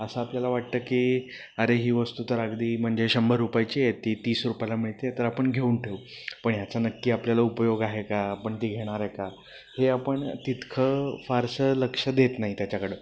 असं आपल्याला वाटतं की अरे ही वस्तू तर अगदी म्हणजे शंभर रुपयाची आहे ती तीस रुपयाला मिळते आहे तर आपण घेऊन ठेऊ पण ह्याचा नक्की आपल्याला उपयोग आहे का आपण ती घेणार आहे का हे आपण तितकं फारसं लक्ष देत नाही त्याच्याकडं